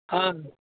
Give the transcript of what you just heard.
ہاں